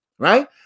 right